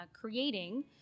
creating